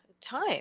time